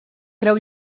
creu